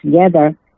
together